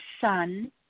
son